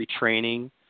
retraining